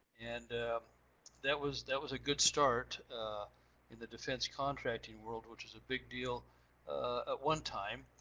and that was that was a good start in the defense contracting world, which was a big deal at one time.